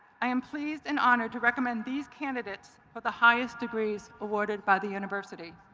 i am pleased and honored to recommend these candidates for the highest degrees awarded by the university.